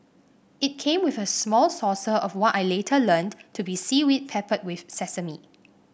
it came with a small saucer of what I later learnt to be seaweed peppered with sesame